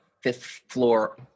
fifth-floor